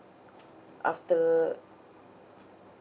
after